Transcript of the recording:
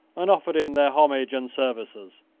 and offered him their homage and services.